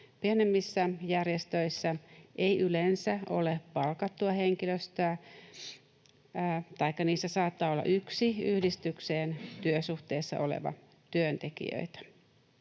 Pienimmissä järjestöissä ei yleensä ole palkattua henkilöstöä, taikka niissä saattaa olla yksi yhdistykseen työsuhteessa oleva työntekijä.